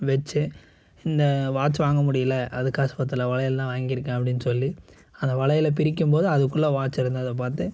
வெச்சேன் இந்த வாட்ச் வாங்க முடியலை அதுக்கு காசு பற்றலை வளையல் தான் வாங்கியிருக்கேன் அப்படின்னு சொல்லி அந்த வளையலை பிரிக்கும்போது அதுக்குள்ளே வாட்ச் இருந்ததை பார்த்து